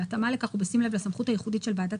בהתאמה לכך ובשים לב לסמכות הייחודית של ועדת